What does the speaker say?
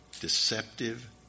deceptive